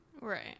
Right